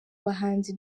bahanzi